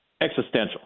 existential